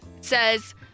Says